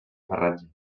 farratge